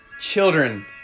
children